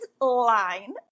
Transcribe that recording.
line